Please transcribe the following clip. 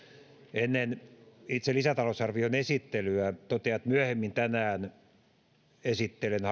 ennen itse lisätalousarvion esittelyä totean että myöhemmin tänään esittelen